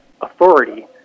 authority